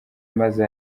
maze